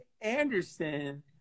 Anderson